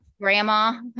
Grandma